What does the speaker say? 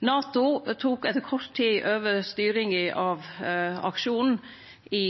NATO tok etter kort tid over styringa av aksjonen i